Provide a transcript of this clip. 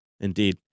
Indeed